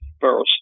first